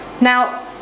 Now